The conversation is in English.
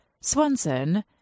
Swanson